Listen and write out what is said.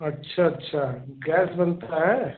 अच्छा अच्छा गैस बनता है